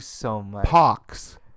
pox